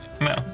no